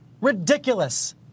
ridiculous